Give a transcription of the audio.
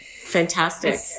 fantastic